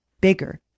bigger